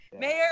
mayor